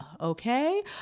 okay